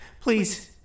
please